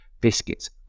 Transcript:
biscuits